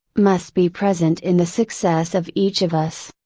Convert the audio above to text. must be present in the success of each of us.